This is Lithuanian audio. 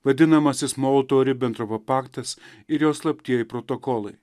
vadinamasis molotovo ribentropo paktas ir jo slaptieji protokolai